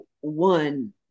one